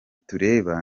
tureba